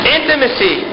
Intimacy